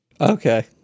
Okay